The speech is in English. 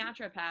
naturopath